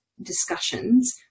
discussions